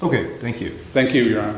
ok thank you thank you